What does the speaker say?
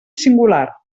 singular